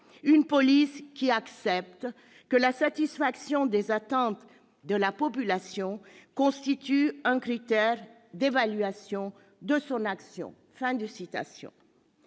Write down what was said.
Une police qui accepte que la satisfaction des attentes de la population constitue un critère d'évaluation de son action. »